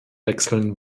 wechseln